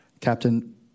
Captain